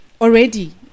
already